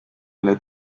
lädt